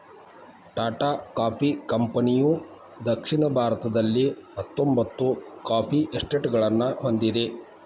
Tata coffee ಕಂಪನಿಯುದಕ್ಷಿಣ ಭಾರತದಲ್ಲಿಹತ್ತೊಂಬತ್ತು coffee ಎಸ್ಟೇಟ್ಗಳನ್ನು ಹೊಂದಿದೆ